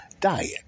diet